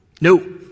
No